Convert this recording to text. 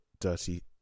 dirty